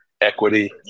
equity